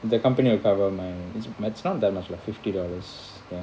the company will cover mine is but it's not that much lah fifty dollars